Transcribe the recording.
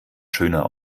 schöner